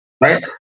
right